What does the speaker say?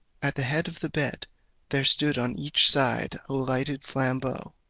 at the head of the bed there stood on each side a lighted flambeau,